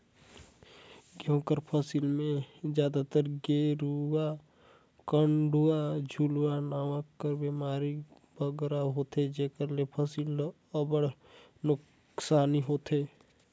गहूँ कर फसिल में जादातर गेरूई, कंडुवा, झुलसा नांव कर बेमारी बगरा होथे जेकर ले फसिल ल अब्बड़ नोसकानी होथे